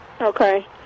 Okay